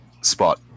spot